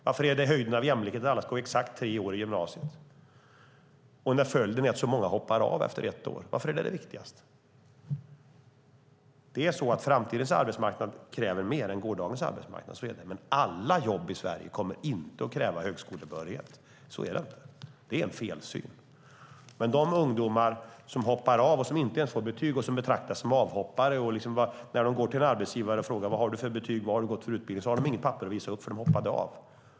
Varför är det höjden av jämlikhet att alla ska gå exakt tre år i gymnasiet när följden är att så många hoppar av efter ett år? Varför är det viktigast? Framtidens arbetsmarknad kräver mer än gårdagens arbetsmarknad. Så är det. Men alla jobb i Sverige kommer inte att kräva högskolebehörighet. Det är en felsyn. Ungdomar som hoppar av, som inte ens får betyg och som betraktas som avhoppare har inget papper att visa upp när de går till arbetsgivare som frågar: Vad har du för betyg och vad har du gått för utbildning?